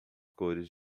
cores